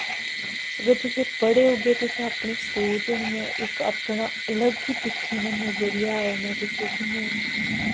अगर तुस पढ़े दे होगे तुसें अपनी सोच होनी ऐ अपना इक अलग गै दिक्खने दा नजरियां रौह्ना तुसें गी